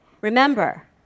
remember